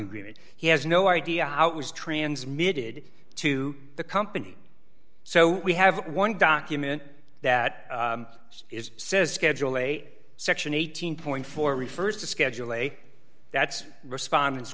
agreement he has no idea how it was transmitted to the company so we have one document that says schedule a section eighteen point four refers to schedule a that's respon